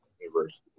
university